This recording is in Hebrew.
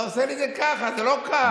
אתה עושה מזה ככה, אבל זה לא ככה.